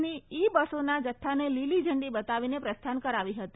ની ઇ બસોના જથ્થાને લીલી ઝંડી બતાવીને પ્રસ્થાન કરાવી હતી